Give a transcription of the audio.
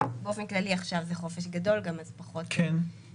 ובאופן כללי עכשיו זה חופש גדול גם אז זה פחות רלוונטי.